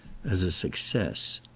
as a success.